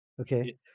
Okay